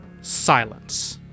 silence